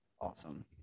Awesome